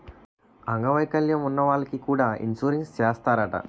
అంగ వైకల్యం ఉన్న వాళ్లకి కూడా ఇన్సురెన్సు చేస్తారట